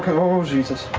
um oh jesus.